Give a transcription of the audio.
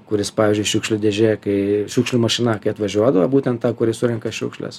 kuris pavyzdžiui šiukšlių dėžė kai šiukšlių mašina kai atvažiuodavo būtent ta kuri surenka šiukšles